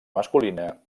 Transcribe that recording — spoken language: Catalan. masculina